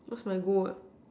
that's my goal what